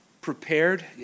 prepared